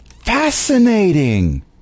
Fascinating